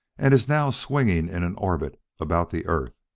and is now swinging in an orbit about the earth.